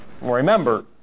remember